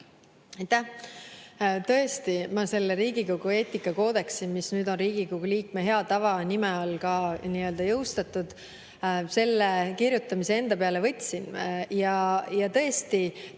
Tõesti, ma selle Riigikogu eetikakoodeksi, mis nüüd on Riigikogu liikme hea tava nime all ka nii-öelda jõustatud, kirjutamise enda peale võtsin.